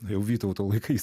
jau vytauto laikais